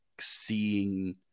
seeing